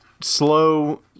slow